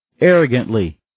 arrogantly